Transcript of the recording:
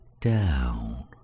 down